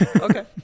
Okay